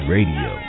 Radio